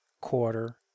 quarter